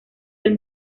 del